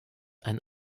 ein